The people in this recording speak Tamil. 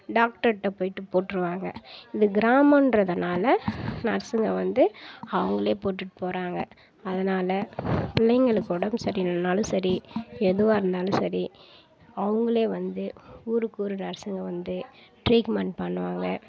டாக்டர்ட போயிட்டு போட்டுருவாங்க இது கிராமன்றதுனால் நர்ஸுங்க வந்து அவங்களே போட்டுகிட்டு போகிறாங்க அதனால் பிள்ளைங்களுக்கு உடம்பு சரியில்லனாலும் சரி எதுவாக இருந்தாலும் சரி அவங்களே வந்து ஊருக்கு ஒரு நர்ஸுங்க வந்து ட்ரீட்மென்ட் பண்ணுவாங்க